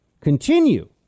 continue